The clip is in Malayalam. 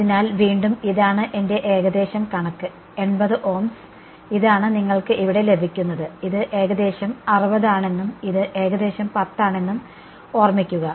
അതിനാൽ വീണ്ടും ഇതാണ് എന്റെ കണക്ക് ഏകദേശം 80 ഓംസ് ഇതാണ് നിങ്ങൾക്ക് ഇവിടെ ലഭിക്കുന്നത് ഇത് ഏകദേശം 60 ആണെന്നും ഇത് ഏകദേശം 10 ആണെന്നും ഓർമ്മിക്കുക